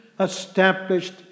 established